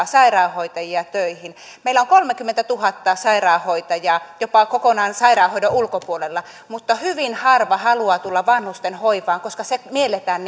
sairaanhoitajia töihin meillä on kolmekymmentätuhatta sairaanhoitajaa jopa kokonaan sairaanhoidon ulkopuolella mutta hyvin harva haluaa tulla vanhustenhoivaan koska se mielletään